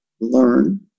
learn